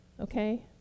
Okay